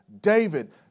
David